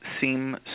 seem